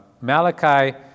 Malachi